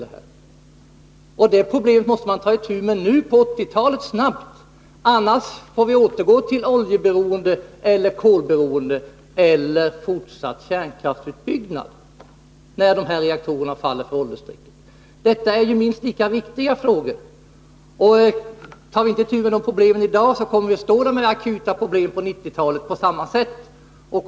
Att ta reda på vad kärnkraften skall ersättas med måste vi ta itu med snabbt, nu på 1980-talet, annars får vi återgå till oljeberoende eller kolberoende eller fortsätta med kärnkraftsutbyggnaden när reaktorerna faller för åldersstrecket. De frågorna är minst lika viktiga. Tar vi inte itu med de här problemen i dag, så kommer vi att stå där med samma akuta problem på 1990-talet.